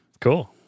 Cool